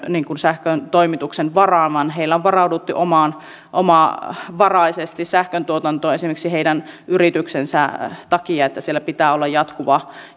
sähköntoimituksen varaan vaan heillä on varauduttu omavaraisesti sähköntuotantoon esimerkiksi heidän yrityksensä takia että siellä pitää olla jatkuva